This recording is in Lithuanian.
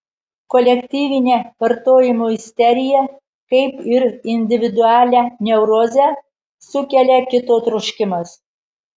kolektyvinę vartojimo isteriją kaip ir individualią neurozę sukelia kito troškimas